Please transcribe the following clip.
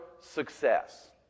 Success